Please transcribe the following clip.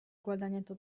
guadagnato